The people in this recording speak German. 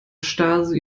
stasi